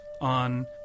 on